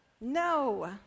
No